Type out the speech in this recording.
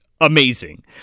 amazing